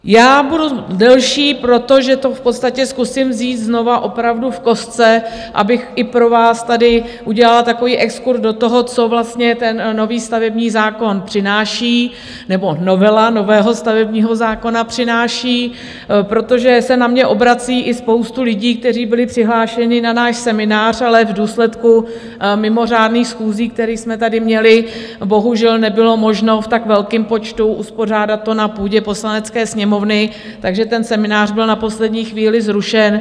Já budu delší, protože to v podstatě zkusím vzít znovu opravdu v kostce, abych i pro vás tady udělala takový exkurz do toho, co vlastně nový stavební zákon přináší, nebo novela nového stavebního zákona přináší, protože se na mě obrací i spousta lidí, kteří byli přihlášeni na náš seminář, ale v důsledku mimořádných schůzí, které jsme tady měli, bohužel nebylo možno v tak velkém počtu uspořádat to na půdě Poslanecké sněmovny, takže ten seminář byl na poslední chvíli zrušen.